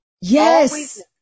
Yes